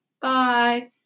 Bye